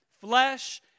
flesh